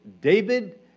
David